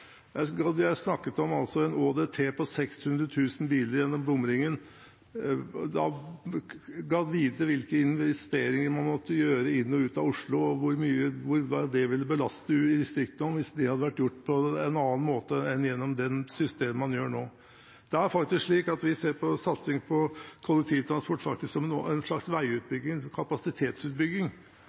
Jeg snakket om en ÅDT på 600 000 biler gjennom bomringen. Gad vite hvilke investeringer man måtte gjøre inn og ut av Oslo, og hvordan det ville belaste distriktene, hvis det hadde vært gjort på en annen måte enn gjennom det systemet man har nå. Det er faktisk slik at vi ser på satsing på kollektivtransport som en slags veiutbygging, kapasitetsutbygging,